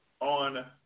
on